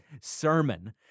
sermon